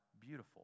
beautiful